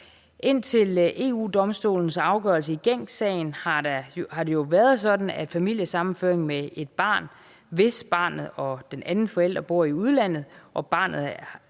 Indtil EU-Domstolens afgørelse i Gencsagen har det jo været sådan, at familiesammenføring med et barn, hvis barnet og den anden forælder bor i udlandet og barnet er